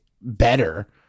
better